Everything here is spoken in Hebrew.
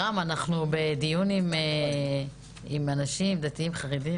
זה דיון על שותפות ושותפים.